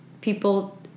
people